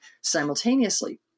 simultaneously